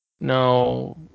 No